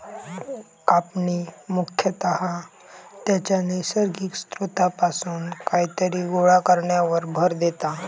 कापणी मुख्यतः त्याच्या नैसर्गिक स्त्रोतापासून कायतरी गोळा करण्यावर भर देता